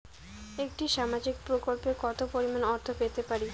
একটি সামাজিক প্রকল্পে কতো পরিমাণ অর্থ পেতে পারি?